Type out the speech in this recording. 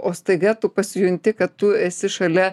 o staiga tu pasijunti kad tu esi šalia